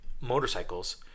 motorcycles